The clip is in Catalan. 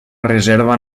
reserva